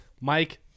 Mike